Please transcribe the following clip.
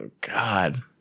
god